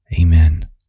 Amen